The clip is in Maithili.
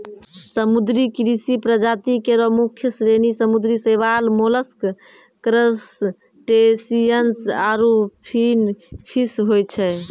समुद्री कृषि प्रजाति केरो मुख्य श्रेणी समुद्री शैवाल, मोलस्क, क्रसटेशियन्स आरु फिनफिश होय छै